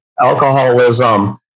alcoholism